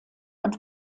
und